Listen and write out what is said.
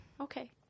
Okay